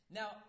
now